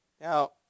Now